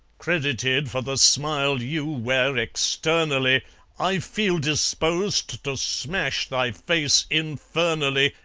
credited for the smile you wear externally i feel disposed to smash thy face, infernally,